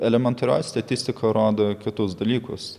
elementarioji statistika rodo kitus dalykus